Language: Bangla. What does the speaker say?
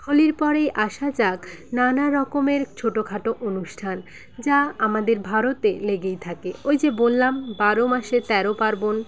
হোলির পরেই আসা যাক নানা রকমের ছোটোখাটো অনুষ্ঠান যা আমাদের ভারতে লেগেই থাকে ওই যে বললাম বারো মাসে তেরো পার্বণ